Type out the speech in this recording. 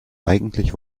eigentlich